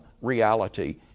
reality